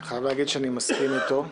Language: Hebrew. אני חייב להגיד שאני מסכים איתו.